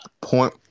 Point